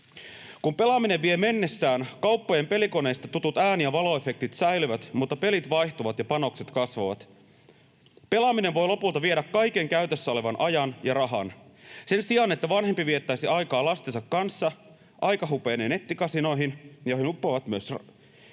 Kun pelaaminen vie mennessään, kauppojen pelikoneista tutut ääni- ja valoefektit säilyvät, mutta pelit vaihtuvat ja panokset kasvavat. Pelaaminen voi lopulta viedä kaiken käytössä olevan ajan ja rahan. Sen sijaan, että vanhempi viettäisi aikaa lastensa kanssa, aika hupenee nettikasinoihin, joihin uppoavat myös kaikki